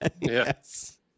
yes